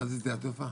מה זה שדה התעופה?